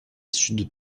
sud